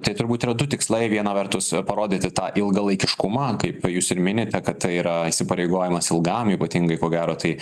tai turbūt yra du tikslai viena vertus parodyti tą ilgalaikiškumą kaip jūs ir minite kad tai yra įsipareigojimas ilgam ypatingai ko gero tai